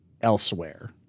elsewhere